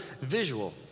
visual